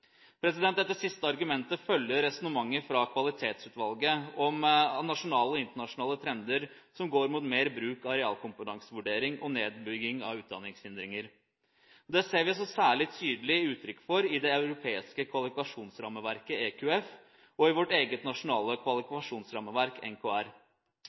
Dette siste argumentet følger resonnementet fra Kvalitetsutvalget om at nasjonale og internasjonale trender går mot mer bruk av realkompetansevurdering og nedbygging av utdanningshindringer. Dette uttrykkes også særlig i det europeiske kvalifikasjonsrammeverket EQF og i vårt eget nasjonale kvalifikasjonsrammeverk NKR.